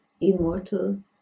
immortal